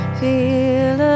feel